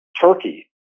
Turkey